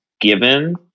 given